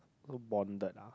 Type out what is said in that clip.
a bonded ah